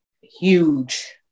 huge